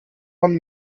man